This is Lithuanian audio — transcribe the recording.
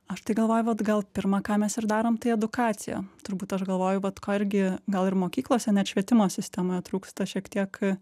aš tai galvoju vat gal pirma ką mes ir darom tai edukaciją turbūt aš galvoju vat ko irgi gal ir mokyklose net švietimo sistemoje trūksta šiek tiek